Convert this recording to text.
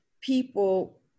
people